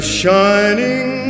shining